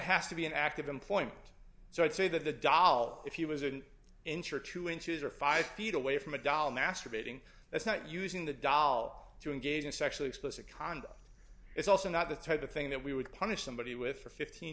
has to be an act of employment so i'd say that the doll if he was an inch or two inches or five feet away from a doll masturbating that's not using the doll to engage in sexually explicit conduct it's also not the type of thing that we would punish somebody with for fifteen